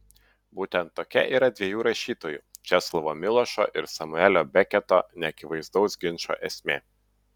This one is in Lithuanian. būtent tokia yra dviejų rašytojų česlovo milošo ir samuelio beketo neakivaizdaus ginčo esmė